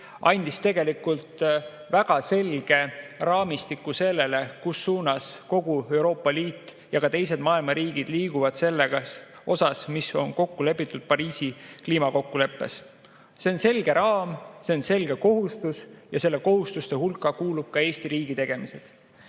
andis väga selge raamistiku, mis suunas kogu Euroopa Liit ja ka teised maailma riigid liiguvad sellega, mis on kokku lepitud Pariisi kliimakokkuleppes. See on selge raam, need on selged kohustused ja nende kohustuste hulka kuuluvad ka Eesti riigi tegemised.